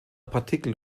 partikel